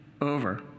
over